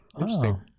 Interesting